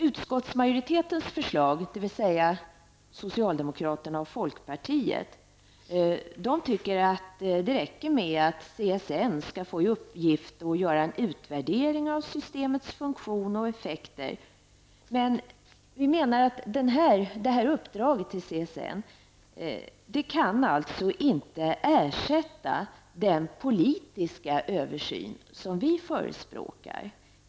Utskottsmajoriteten, dvs. socialdemokraterna och folkpartiet, tycker att det räcker med att CSN skall få i uppgift att göra en utvärdering av systemets funktion och effekter. Men vi menar att detta uppdrag till CSN inte kan ersätta den politiska översyn som vi förespråkar.